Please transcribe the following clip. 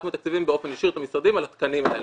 אנחנו מתקצבים באופן ישיר את המשרדים על התקנים האלה.